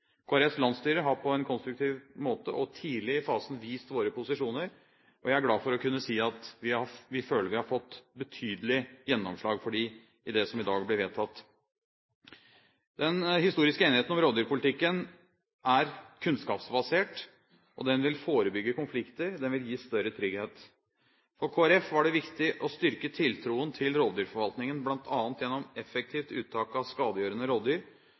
har på en konstruktiv måte og tidlig i fasen vist sine posisjoner, og jeg er glad for å kunne si at vi føler vi har fått betydelig gjennomslag i det som i dag blir vedtatt. Den historiske enigheten om rovdyrpolitikken er kunnskapsbasert, den vil forebygge konflikter og den vil gi større trygghet. For Kristelig Folkeparti var det viktig å styrke tiltroen til rovdyrforvaltningen bl.a. gjennom effektivt uttak av skadegjørende